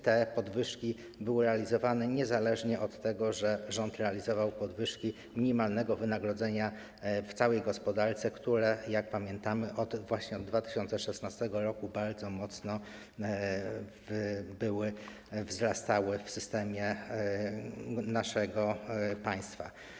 Te podwyżki były realizowane niezależnie od tego, że rząd realizował podwyżki minimalnego wynagrodzenia w całej gospodarce, które, jak pamiętamy, od 2016 r. bardzo mocno wzrastało w systemie naszego państwa.